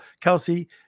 Kelsey